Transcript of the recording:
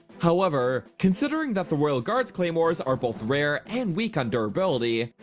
however, considering that the royal guards claymores are both rare and weak on durability,